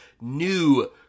new